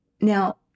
Now